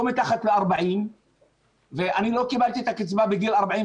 אני לא מתחת ל-40 ואני לא קיבלתי את הקצבה בגיל 45,